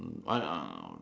I uh